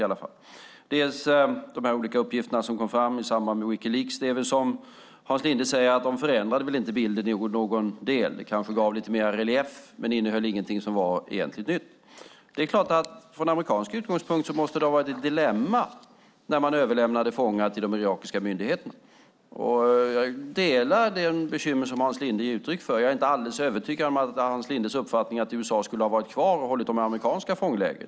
I fråga om de olika uppgifter som kom fram i samband med Wikileaks är det väl så, som Hans Linde säger, att de inte förändrade bilden i någon del. De kanske gav lite mer relief men innehöll ingenting som var egentligt nytt. Från amerikansk utgångspunkt måste det ha varit ett dilemma när man överlämnade fångar till de irakiska myndigheterna. Jag delar det bekymmer som Hans Linde ger uttryck för. Jag är inte helt övertygad om Hans Lindes uppfattning att USA skulle ha varit kvar och hållit dem i amerikanska fångläger.